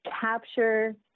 capture